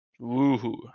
Woohoo